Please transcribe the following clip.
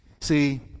See